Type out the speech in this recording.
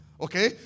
Okay